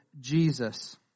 Jesus